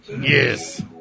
Yes